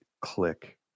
click